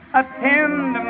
attend